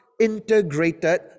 integrated